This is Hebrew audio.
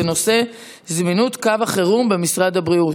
בנושא זמינות קו החירום במשרד הבריאות.